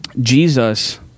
Jesus